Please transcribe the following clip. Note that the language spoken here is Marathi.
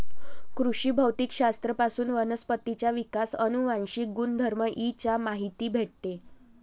कृषी भौतिक शास्त्र पासून वनस्पतींचा विकास, अनुवांशिक गुणधर्म इ चा माहिती भेटते